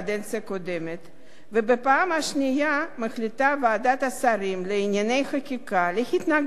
ובפעם השנייה מחליטה ועדת השרים לענייני חקיקה להתנגד להצעת החוק הזאת.